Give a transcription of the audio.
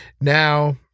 Now